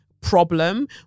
problem